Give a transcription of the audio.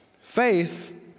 Faith